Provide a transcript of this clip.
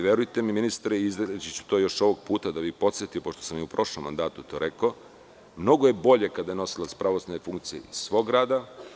Verujte mi, ministre, izreći ću to još ovog puta, da bih podsetio, pošto sam i u prošlom mandatu to rekao, mnogo je bolje kada je nosilac pravosudne funkcije iz svog grada.